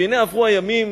והנה עברו הימים,